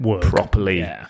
properly